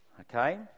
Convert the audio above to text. Okay